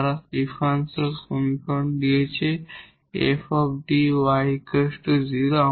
তারা ডিফারেনশিয়াল সমীকরণ দিয়েছে 𝑓 𝐷 𝑦 0